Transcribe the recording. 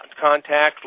contact